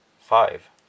five